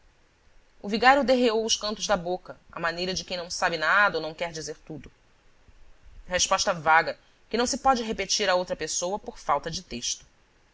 então o vigário derreou os cantos da boca à maneira de quem não sabe nada ou não quer dizer tudo resposta vaga que se não pode repetir a outra pessoa por falta de texto